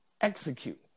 execute